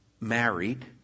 married